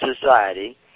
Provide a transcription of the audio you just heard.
society